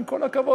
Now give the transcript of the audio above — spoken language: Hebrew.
עם כל הכבוד,